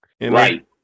Right